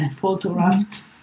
photographed